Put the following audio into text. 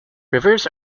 rivers